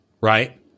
right